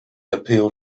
appeal